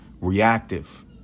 reactive